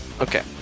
Okay